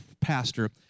pastor